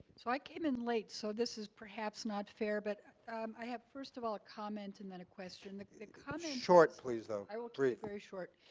so i came in late, so this is perhaps not fair. but i have, first of all, a comment and then a question. the comment kind of short please, though. i will keep it very short.